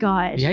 God